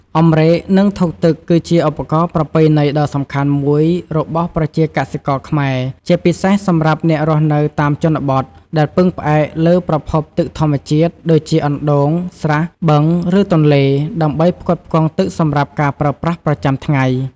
អម្រែក និង ធុងទឹក គឺជាឧបករណ៍ប្រពៃណីដ៏សំខាន់មួយរបស់ប្រជាកសិករខ្មែរ ជាពិសេសសម្រាប់អ្នករស់នៅតាមជនបទ ដែលពឹងផ្អែកលើប្រភពទឹកធម្មជាតិ ដូចជាអណ្ដូង ស្រះ បឹង ឬទន្លេ ដើម្បីផ្គត់ផ្គង់ទឹកសម្រាប់ការប្រើប្រាស់ប្រចាំថ្ងៃ។